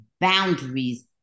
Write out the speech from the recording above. boundaries